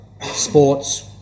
Sports